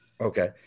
Okay